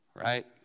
Right